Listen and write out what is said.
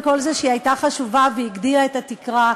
עם כל זה שהיא הייתה חשובה והיא הגדילה את התקרה,